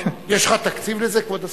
יש לך תקציב לזה, כבוד השר?